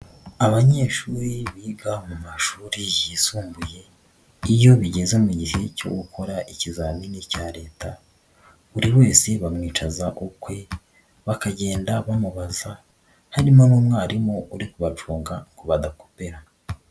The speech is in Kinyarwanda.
Abanyeshuri biga mu mashuri yisumbuye, iyo bigeze mu gihe cyo gukora ikizamini cya Leta, buri wese bamwicaza ukwe, bakagenda bamubaza, harimo n'umwarimu uri kubacunga ngo badapera.